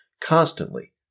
constantly